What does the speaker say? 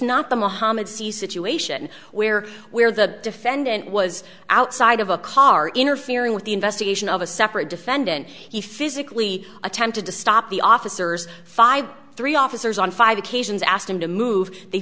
not the mohamed c situation where where the defendant was outside of a car interfering with the investigation of a separate defendant he physically attempted to stop the officers five three officers on five occasions asked him to move they